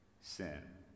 Sin